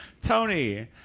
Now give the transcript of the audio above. Tony